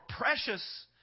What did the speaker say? precious